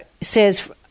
says